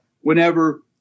whenever